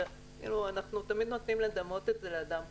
אנחנו תמיד נוטים לדמות את זה לאדם חולה.